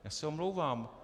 Já se omlouvám.